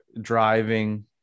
driving